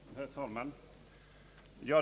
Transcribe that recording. Herr talman!